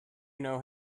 know